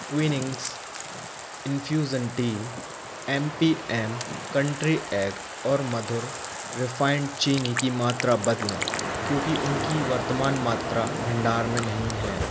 Twinings infusion tea M P M country egg और मधुर refined चीनी की मात्रा बदलें क्योंकि उनकी वर्तमान मात्रा भंडार में नहीं है